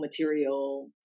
material